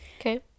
Okay